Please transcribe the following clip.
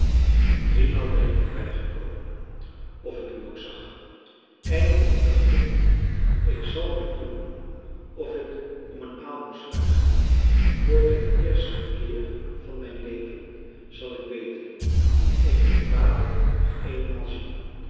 driemaal ben ik voorbijgekomen of ik u ook zag eindelijk dacht ik ik zal maar doen of ik om een aalmoes vraag voor den eersten keer van mijn leven zal ik bedelen ik wil vader nog eenmaal zien